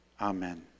Amen